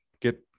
get